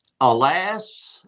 alas